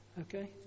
Okay